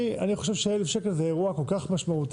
אני חושב ש-1,000 שקל זה אירוע כל כך משמעותי,